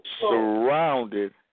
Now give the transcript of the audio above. surrounded